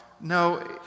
No